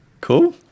Cool